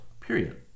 period